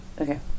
Okay